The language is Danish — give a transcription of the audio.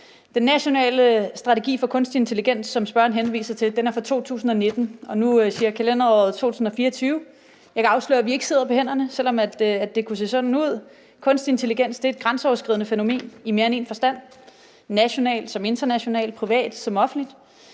Den nationale strategi for kunstig intelligens, som spørgeren henviser til, er fra 2019, og nu siger kalenderen 2024. Jeg kan afsløre, at vi ikke sidder på hænderne, selv om det kunne se sådan ud. Kunstig intelligens er et grænseoverskridende fænomen i mere end en forstand; det er nationalt såvel som internationalt, og det er privat såvel som offentligt.